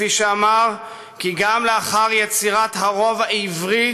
כפי שאמר כי "גם לאחר יצירת הרוב העברי